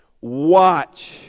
watch